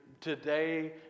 today